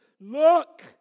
look